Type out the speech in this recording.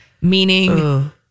Meaning